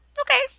okay